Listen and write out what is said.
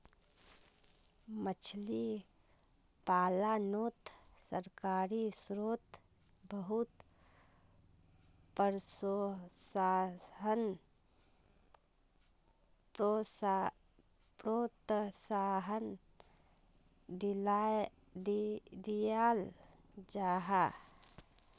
मछली पालानोत सरकारी स्त्रोत बहुत प्रोत्साहन दियाल जाहा